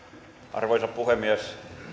arvoisa puhemies